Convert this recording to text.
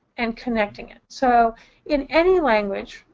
and connecting it. so in any language,